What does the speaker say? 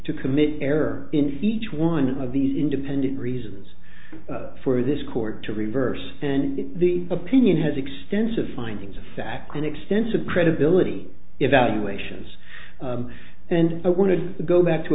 to commit error in each one of these independent reasons for this court to reverse the opinion has extensive findings of fact and extensive credibility evaluation is and i wanted to go back to